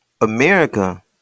America